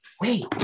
wait